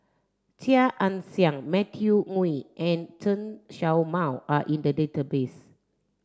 Chia Ann Siang Matthew Ngui and Chen Show Mao are in the database